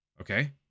Okay